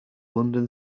london